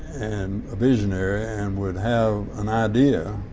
and a visionary and would have an idea